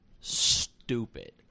stupid